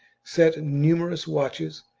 set numerous watches,